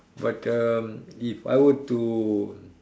but um if I were to